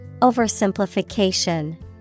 Oversimplification